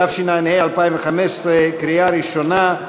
התשע"ה 2015, קריאה ראשונה.